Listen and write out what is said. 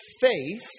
faith